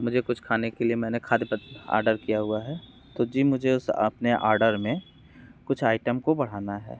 मुझे कुछ खाने के लिए मैंने खाद्य पद आर्डर किया हुआ है तो जी मुझे उस अपने आर्डर में कुछ आइटम को बढ़ाना है